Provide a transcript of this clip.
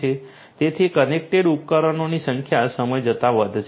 તેથી કનેક્ટેડ ઉપકરણોની સંખ્યા સમય જતાં વધશે